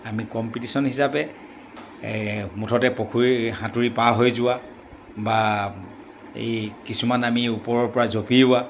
আমি কম্পিটিশ্যন হিচাপে মুঠতে পুখুৰীৰ সাঁতুৰি পাৰ হৈ যোৱা বা এই কিছুমান আমি ওপৰৰ পৰা জপিওৱা